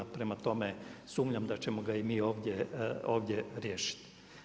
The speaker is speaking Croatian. Prema tome, sumnjam da ćemo ga i mi ovdje riješiti.